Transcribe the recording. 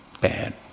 bad